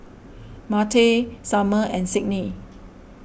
Martell Sumner and Sydney